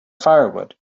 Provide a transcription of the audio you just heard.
firewood